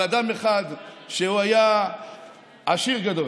על אדם אחד שהיה עשיר גדול.